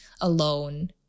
alone